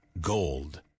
Gold